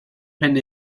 pen